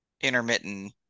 intermittent